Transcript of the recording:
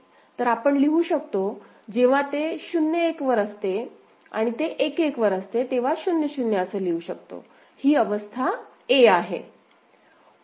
तर आपण लिहू शकतो जेव्हा ते 0 1 वर असते आणि ते 1 1 वर असते तेव्हा 0 0 असे लिहू शकतो ही अवस्था a आहे